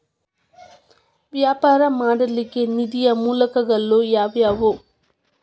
ವ್ಯಾಪಾರ ಮಾಡ್ಲಿಕ್ಕೆ ನಿಧಿಯ ಮೂಲಗಳು ಯಾವ್ಯಾವು?